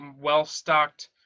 well-stocked